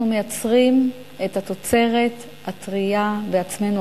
אנחנו מייצרים את התוצרת הטרייה בעצמנו,